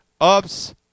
ups